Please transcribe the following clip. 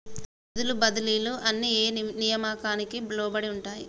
నిధుల బదిలీలు అన్ని ఏ నియామకానికి లోబడి ఉంటాయి?